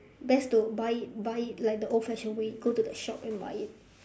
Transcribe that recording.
best to buy it buy it like the old fashioned way go to the shop and buy it